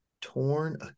torn